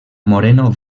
moreno